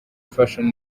fashion